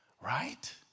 Right